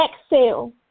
exhale